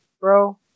bro